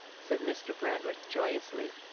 said mr. brandreth joyously.